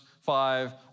five